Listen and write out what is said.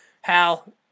Hal